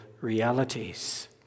realities